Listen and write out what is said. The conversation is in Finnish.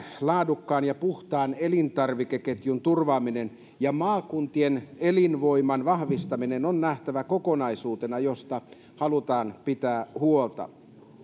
laadukkaan ja puhtaan elintarvikeketjun turvaaminen ja maakuntien elinvoiman vahvistaminen on nähtävä kokonaisuutena josta halutaan pitää huolta